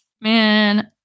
man